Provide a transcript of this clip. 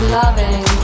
loving